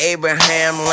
Abraham